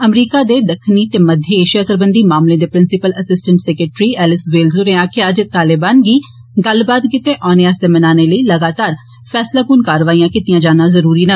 अमरीका दे दक्खनी ते मध्य एशिया सरबंधी मामले दे principal assistant secretary Alice Wells होरें आक्खेआ ऐ जे तालिबान गी गल्लबात गितै औने आस्तै मनाने लेई लगातार फैसलाकुन कारवाइयां कीतियां जाना जरुरी न